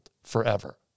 forever